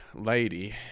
lady